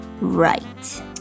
right